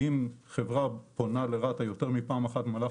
שאם חברה פונה לרת"א יותר מפעם אחת במהלך